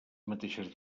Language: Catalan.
mateixes